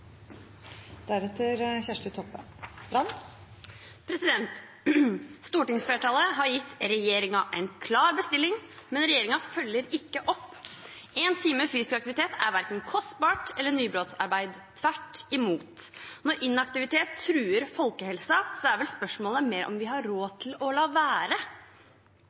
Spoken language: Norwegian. Stortingsflertallet har gitt regjeringen en klar bestilling, men regjeringen følger ikke opp. Én time fysisk aktivitet er verken kostbart eller nybrottsarbeid – tvert imot. Når inaktivitet truer folkehelsen, er vel spørsmålet mer om vi har råd til å la være.